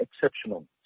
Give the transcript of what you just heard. exceptional